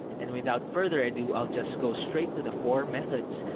and without further ado, i'll just go straight to the four methods.